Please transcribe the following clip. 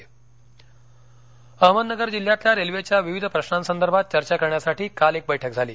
अहमदनगर अहमदनगर जिल्ह्यातल्या रेल्वेच्या विविध प्रश्नांसंदर्भात चर्चा करण्यासाठी काल एक बैठक झाली